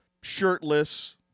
shirtless